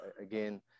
again